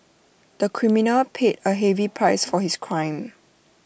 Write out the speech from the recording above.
the criminal paid A heavy price for his crime